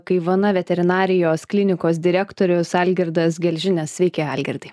kaivana veterinarijos klinikos direktorius algirdas gelžinis sveiki algirdai